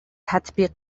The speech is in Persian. تطبیق